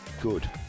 Good